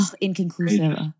Inconclusive